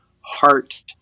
heart